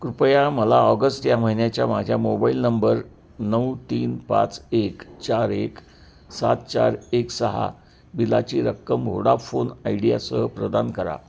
कृपया मला ऑगस्ट या महिन्याच्या माझ्या मोबाइल नंबर नऊ तीन पाच एक चार एक सात चार एक सहा बिलाची रक्कम होडाफोन आयडियासह प्रदान करा